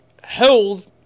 Held